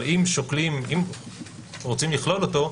אבל אם רוצים לכלול אותו,